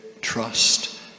trust